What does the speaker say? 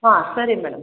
ಹಾಂ ಸರಿ ಮೇಡಮ್